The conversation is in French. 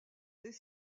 des